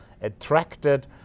attracted